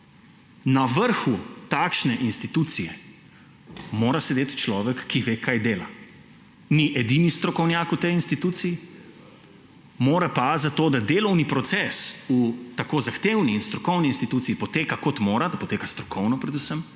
na vrhu takšne institucije mora sedeti človek, ki ve, kaj dela. Ni edini strokovnjak v tej instituciji, mora pa, zato da delovni proces v tako zahtevni in strokovni instituciji poteka kot mora, da poteka strokovno predvsem,